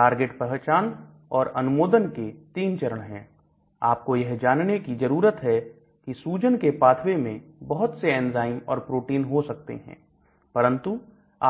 target पहचान और अनुमोदन के तीन चरण है आपको यह जानने की जरूरत है की सूजन के पाथवे में बहुत से एंजाइम और प्रोटीन हो सकते हैं परंतु